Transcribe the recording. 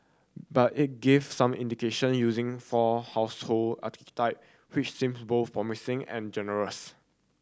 but it gave some indication using four household archetype which seem both promising and generous